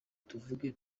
tuvuge